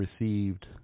received